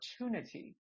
opportunity